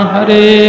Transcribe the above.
Hare